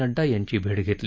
नड्डा यांची भेट घेतली